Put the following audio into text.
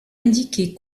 indiqué